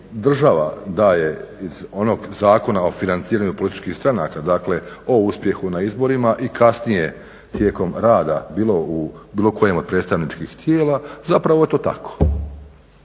država daje, onog Zakona o političkih stranaka, dakle o uspjehu na izborima i kasnije tijekom rada bilo u bilo kojem od predstavničkih tijela zapravo to tako.